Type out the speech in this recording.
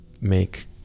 make